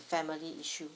family issue